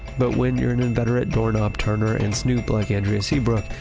but when you're an inveterate doorknob turner and snoop like andrea seabrook,